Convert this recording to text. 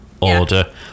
order